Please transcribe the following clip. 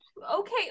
Okay